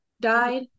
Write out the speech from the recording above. died